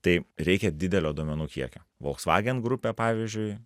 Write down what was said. tai reikia didelio duomenų kiekio volkswagen grupė pavyzdžiui